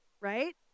right